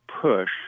push